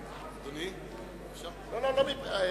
עתניאל שנלר.